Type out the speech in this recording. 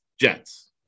Jets